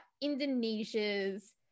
Indonesia's